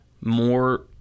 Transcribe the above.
more